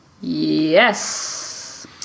Yes